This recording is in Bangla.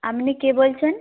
আপনি কে বলছেন